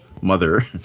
mother